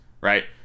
right